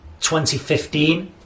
2015